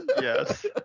Yes